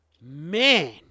man